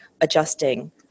adjusting